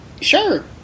sure